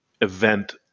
event